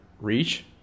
reach